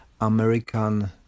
American